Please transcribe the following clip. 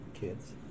kids